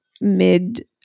mid